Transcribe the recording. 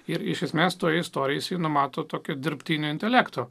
ir iš esmės toje istorijoje numato tokio dirbtinio intelekto